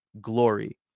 glory